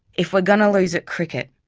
if we are going to lose at cricket,